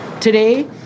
Today